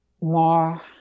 more